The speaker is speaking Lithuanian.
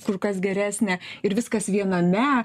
kur kas geresnė ir viskas viename